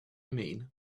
mean